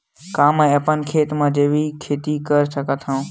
का मैं अपन खेत म जैविक खेती कर सकत हंव?